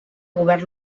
govern